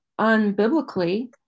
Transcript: unbiblically